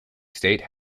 state